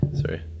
Sorry